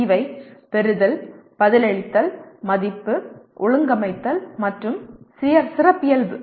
இவை பெறுதல் பதிலளித்தல் மதிப்பு ஒழுங்கமைத்தல் மற்றும் சிறப்பியல்பு